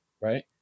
Right